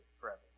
forever